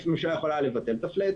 ממשלה יכולה לבטל את ה-flat,